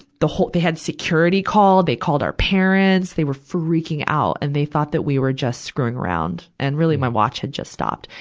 the whole, they had security called, they called our parents, they were freaking out. and they thought that we were just screwing around. and really, my watch had just stopped.